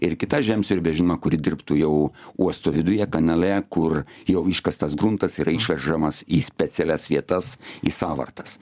ir kita žemsiurbė žino kuri dirbtų jau uosto viduje kanale kur jau iškastas gruntas yra išvežamas į specialias vietas į sąvartas